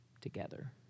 together